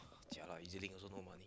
jialat E_Z-Link also no money